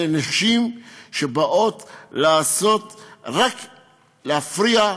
נשים שבאות רק להפריע,